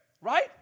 Right